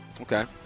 Okay